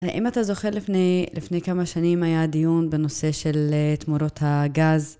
אם אתה זוכר לפני כמה שנים היה דיון בנושא של תמורות הגז.